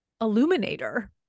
illuminator